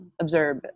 observe